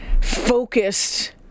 focused